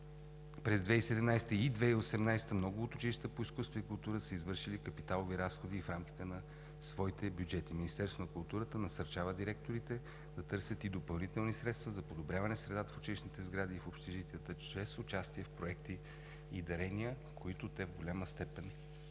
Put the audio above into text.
През 2017 г. и 2018 г. много от училищата по изкуства и култура са извършили капиталови разходи в рамките на своите бюджети. Министерството на културата насърчава директорите да търсят и допълнителни средства за подобряване средата в училищните сгради и общежитията чрез участие в проекти и дарения, което те в голяма степен